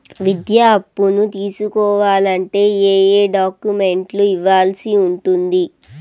విద్యా అప్పును తీసుకోవాలంటే ఏ ఏ డాక్యుమెంట్లు ఇవ్వాల్సి ఉంటుంది